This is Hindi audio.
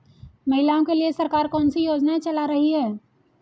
महिलाओं के लिए सरकार कौन सी योजनाएं चला रही है?